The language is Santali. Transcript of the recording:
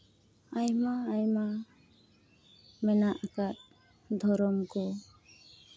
ᱟᱭᱢᱟ ᱟᱭᱢᱟ ᱢᱮᱱᱟᱜ ᱠᱟᱜ ᱫᱷᱚᱨᱚᱢ ᱠᱚ